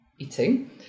eating